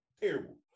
Terrible